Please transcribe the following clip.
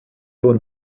von